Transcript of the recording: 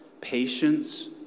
patience